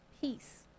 peace